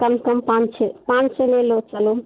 कम से कम पाँच छः पाँच छः ले लो चलो